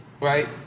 right